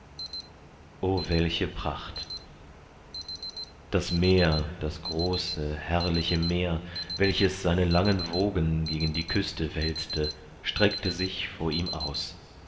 o welche pracht das meer das große herrliche meer welches seine langen wogen gegen die küste wälzte streckte sich vor ihm aus